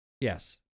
Yes